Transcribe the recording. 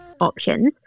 options